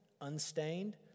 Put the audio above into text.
unstained